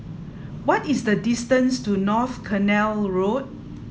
what is the distance to North Canal Road